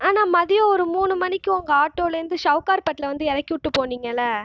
அண்ணா மதியம் ஒரு மூணு மணிக்கு உங்கள் ஆட்டோலேருந்து சவுகார்பேட்டில் வந்து இறக்கிவிட்டு போனீங்கல